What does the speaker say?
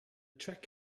track